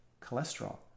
cholesterol